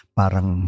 parang